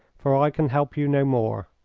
for i can help you no more.